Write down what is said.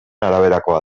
araberakoa